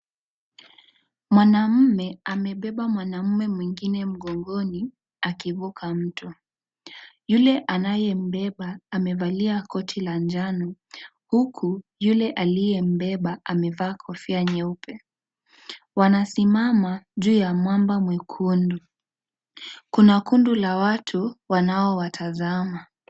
Mwanaume amebeba mwanaume mwingine mgongoni akivuka mto. Yule anayembeba amevalia koti la njano huku yule aliyembeba amevaa kofia ya nyeupe. Wanasimama juu ya mwamba mwekundu. Kuna kundi la watu wanaowatazama.